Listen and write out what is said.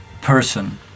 person